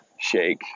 shake